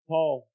Paul